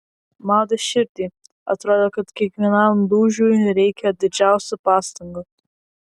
maudė širdį atrodė kad kiekvienam dūžiui reikia didžiausių pastangų